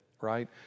Right